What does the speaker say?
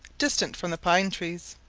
distant from the pine-trees.